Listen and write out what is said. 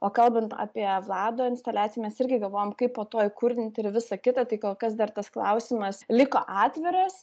o kalbant apie vlado instaliaciją mes irgi galvojam kaip po to įkurdinti ir visa kita tai kol kas dar tas klausimas liko atviras